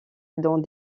dans